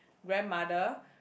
grandmother